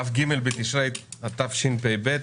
כ"ג בתשרי התשפ"ב,